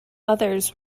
others